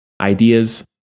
ideas